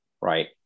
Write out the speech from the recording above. right